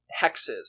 hexes